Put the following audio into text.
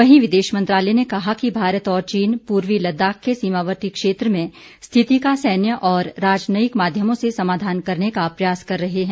वहीं विदेश मंत्रालय ने कहा कि भारत और चीन पूर्वी लद्दाख के सीमावर्ती क्षेत्र में स्थिति का सैन्य और राजनयिक माध्यमों से समाधान करने का प्रयास कर रहे हैं